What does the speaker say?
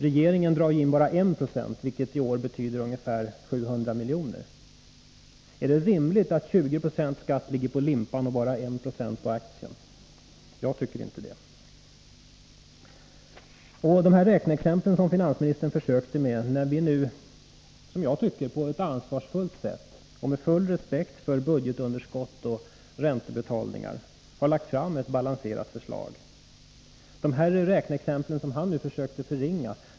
Regeringen drar in bara 1 96, vilket i år betyder ungefär 700 miljoner. Är det rimligt att 20 96 skatt ligger på limpan och bara 1 96 på aktien? Jag tycker inte det. När vi nu på ett som jag tycker ansvarsfullt sätt och med full respekt för budgetunderskott och räntebetalningar har lagt fram ett balanserat förslag, försöker finansministern förringa räkneexemplen.